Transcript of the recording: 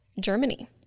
Germany